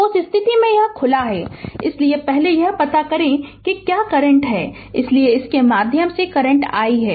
तो उस स्थिति में यह खुला है इसलिए पहले यह पता करें कि यहां करंट क्या है इसलिए इसके माध्यम से करंट i है